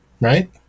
right